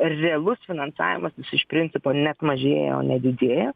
realus finansavimas jis iš principo net mažėja o ne didėja